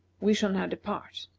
we shall now depart.